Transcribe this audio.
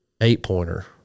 eight-pointer